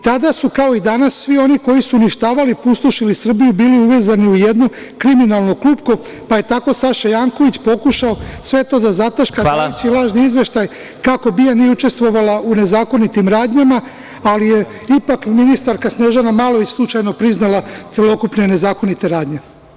Tada su, kao i danas, svi oni koji su uništavali i pustošili Srbiju bili uvezani u jedno kriminalno klupko, pa je tako Saša Janković pokušao sve to da zataška dajući lažni izveštaj kako BIA nije učestvovala u nezakonitim radnjama, ali je ipak ministarska Snežana Malović slučajno priznala celokupne nezakonite radnje.